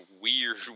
weird